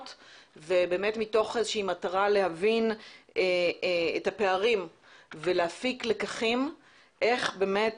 מתוך מטרה להבין את הפערים ולהפיק לקחים איך אנחנו באמת